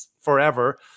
forever